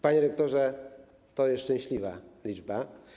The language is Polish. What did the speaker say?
Panie rektorze, to jest szczęśliwa liczba.